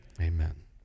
Amen